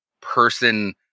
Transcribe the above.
person